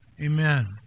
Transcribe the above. Amen